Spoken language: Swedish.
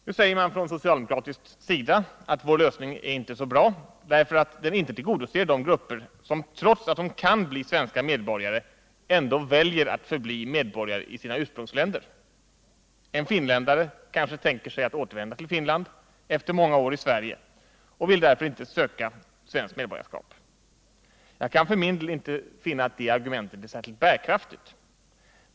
Nu säger man från socialdemokratisk sida att vår lösning inte är bra därför attden inte tillgodoser de grupper som trots att de kan bli svenska medborgare ändå väljer att förbli medborgare i sina ursprungsländer. En finländare kanske tänker sig att återvända till Finland efter många år i Sverige och vill därför inte söka svenskt medborgarskap. Jag kan för min del inte finna det argumentet särskilt bärkraftigt.